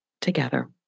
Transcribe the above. together